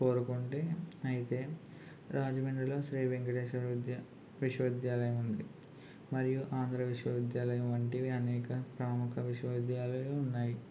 కోరుకుంటే అయితే రాజమండ్రిలో శ్రీ వెంకటేశ్వర విద్య విశ్వవిద్యాలయం ఉంది మరియు ఆంధ్ర విశ్వవిద్యాలయం వంటివి అనేక ప్రముఖ విశ్వవిద్యాలయాలు ఉన్నాయి